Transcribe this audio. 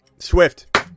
Swift